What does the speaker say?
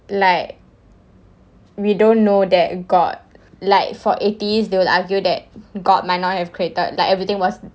like we don't know that god like for atheists they will argue that god might not have created like everything was